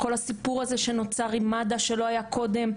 כל הסיפור הזה שנוצר עם מד"א שלא היה קודם,